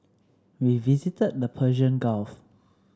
we visited the Persian Gulf